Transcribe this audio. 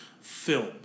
film